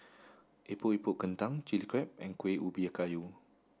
Epok Epok Kentang Chilli Crab and Kuih Ubi Kayu